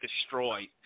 destroyed